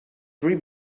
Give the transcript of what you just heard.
three